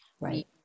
right